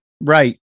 right